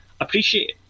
appreciate